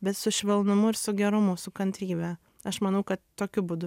bet su švelnumu ir su gerumu su kantrybe aš manau kad tokiu būdu